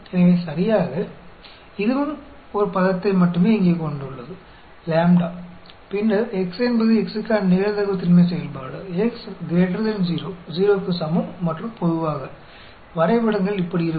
எனவே சரியாக இதுவும் ஒரு பதத்தை மட்டுமே இங்கே கொண்டுள்ளது λ பின்னர் x என்பது x க்கான நிகழ்தகவு திண்மை செயல்பாடு x 0 0 க்கு சமம் மற்றும் பொதுவாக வரைபடங்கள் இப்படி இருக்கும்